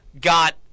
got